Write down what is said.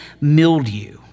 mildew